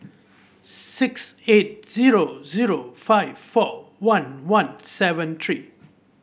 six eight zero zero five four one one seven three